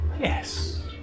Yes